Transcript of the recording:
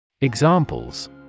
Examples